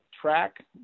track